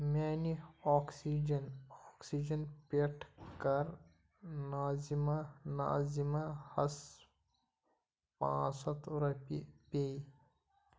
میٛانہِ oxygen oxygen پٮ۪ٹھٕ کَر ناظما ناظماہَس پانٛژھ ہتھ رۄپیہِ پیٚے